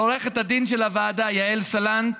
לעורכת הדין של הוועדה יעל סלנט,